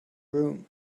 room